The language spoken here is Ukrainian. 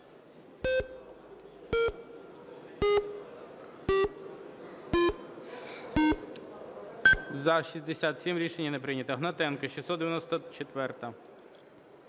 За-67 Рішення не прийнято. Гнатенко, 694-а.